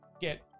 get